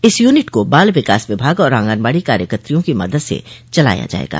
इस यूनिट को बाल विकास विभाग और आंगनवाडी कार्यकत्रियों की मदद से चलाया जाएगा